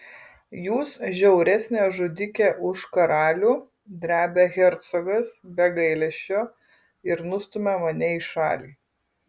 jūs žiauresnė žudikė už karalių drebia hercogas be gailesčio ir nustumia mane į šalį